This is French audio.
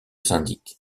syndic